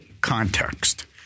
context